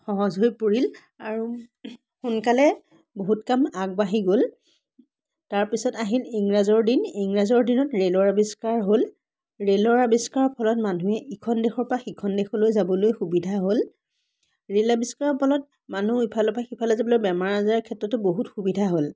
সহজ হৈ পৰিল আৰু সোনকালে বহুত কাম আগবাঢ়ি গ'ল তাৰ পিছত আহিল ইংৰাজৰ দিন ইংৰাজৰ দিনত ৰেলৰ আৱিষ্কাৰ হ'ল ৰেলৰ আৱিষ্কাৰৰ ফলত মানুহে ইখন দেশৰ পৰা সিখন দেশলৈ যাবলৈ সুবিধা হ'ল ৰেল আৱিষ্কাৰৰ ফলত মানুহ ইফালৰ পৰা সিফালে যাবলৈ বেমাৰ আজাৰৰ ক্ষেত্ৰতো বহুত সুবিধা হ'ল